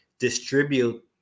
distribute